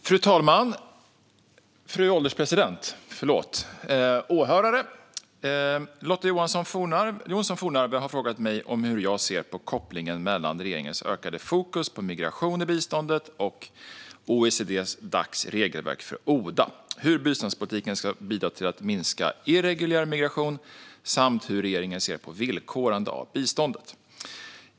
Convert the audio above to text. Fru ålderspresident och åhörare! Lotta Johnsson Fornarve har frågat mig hur jag ser på kopplingen mellan regeringens ökade fokus på migration i biståndet och OECD-Dacs regelverk för ODA, hur biståndspolitiken ska bidra till att minska irreguljär migration samt hur regeringen ser på villkorande av biståndet.